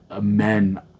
men